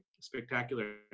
spectacular